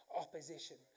opposition